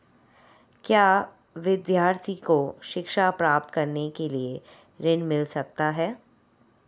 क्या विद्यार्थी को शिक्षा प्राप्त करने के लिए ऋण मिल सकता है?